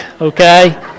okay